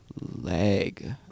leg